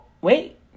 wait